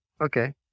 Okay